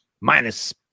minus